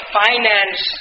finance